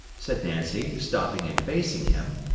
said nancy, stopping and facing him.